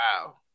wow